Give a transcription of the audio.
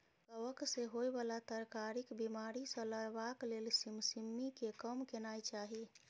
कवक सँ होए बला तरकारीक बिमारी सँ लड़बाक लेल सिमसिमीकेँ कम केनाय चाही